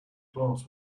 glass